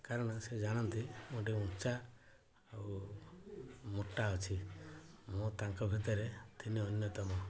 କାରଣ ସେ ଜାଣନ୍ତି ମୁଁ ଟିକେ ଉଞ୍ଚା ଆଉ ମୋଟା ଅଛି ମୁଁ ତାଙ୍କ ଭିତରେ ଥିଲି ଅନ୍ୟତମ